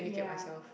yeah